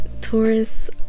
Taurus